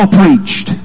preached